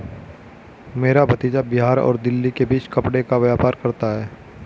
मेरा भतीजा बिहार और दिल्ली के बीच कपड़े का व्यापार करता है